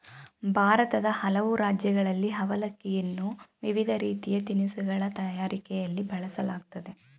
ಭಾರತದ ಹಲವು ರಾಜ್ಯಗಳಲ್ಲಿ ಅವಲಕ್ಕಿಯನ್ನು ವಿವಿಧ ರೀತಿಯ ತಿನಿಸುಗಳ ತಯಾರಿಕೆಯಲ್ಲಿ ಬಳಸಲಾಗ್ತದೆ